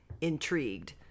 intrigued